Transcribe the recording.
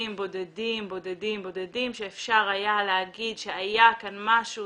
בודדים שאפשר היה להגיד שהיה כאן משהו,